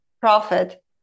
profit